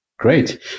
Great